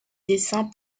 dessin